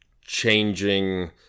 changing